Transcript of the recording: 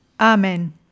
Amen